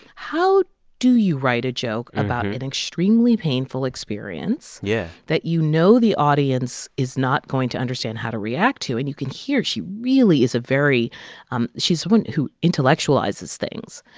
how do you write a joke about an extremely painful experience. yeah. that you know the audience is not going to understand how to react to? and you can hear she really is a very um she's someone who intellectualizes things.